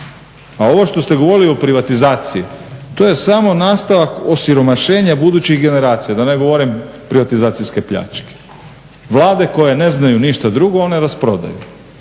A ovo što ste govorili o privatizaciji to je samo nastavak osiromašenja budućih generacija da ne govorim privatizacije pljačke. Vlade koje ne znaju ništa drugo one rasprodaju,